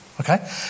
Okay